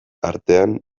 artean